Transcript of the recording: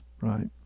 right